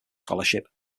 scholarship